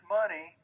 money